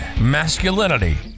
masculinity